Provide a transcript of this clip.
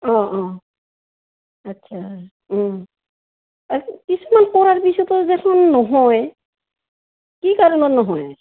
অঁ অঁ আচ্ছা আৰু কিছুমান কৰাৰ পিছতো দেখোন নহয় কি কাৰণত নহয়